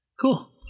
Cool